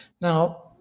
Now